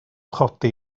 chodi